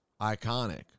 iconic